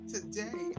Today